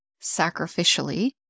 sacrificially